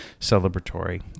celebratory